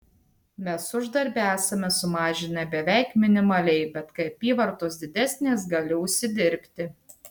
mes uždarbį esame sumažinę beveik minimaliai bet kai apyvartos didesnės gali užsidirbti